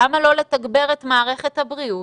למה לא לתגבר את מערכת הבריאות